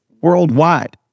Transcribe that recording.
worldwide